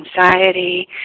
anxiety